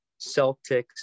Celtics